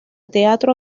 teatro